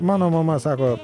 mano mama sako